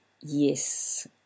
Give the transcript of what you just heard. yes